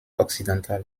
occidentale